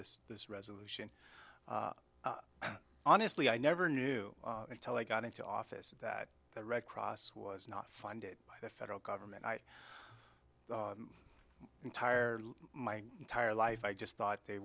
this this resolution honestly i never knew till i got into office that the red cross was not funded by the federal government i entire my entire life i just thought they